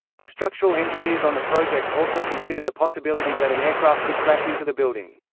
the structural engineers on the project also considered the possibility that an aircraft could crash into the building.